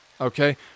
okay